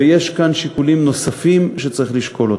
ויש כאן שיקולים נוספים שצריך לשקול.